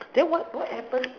then what what happen